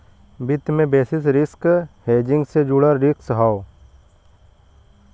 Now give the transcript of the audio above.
वित्त में basis risk hedging से जुड़ल रिस्क हौ